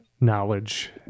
knowledge